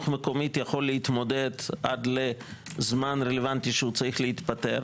מקומית יכול להתמודד עד לזמן רלוונטי שהוא צריך להתפטר,